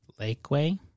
Lakeway